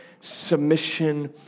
submission